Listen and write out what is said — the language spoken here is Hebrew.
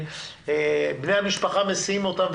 בני המשפחה מסיעים אותם,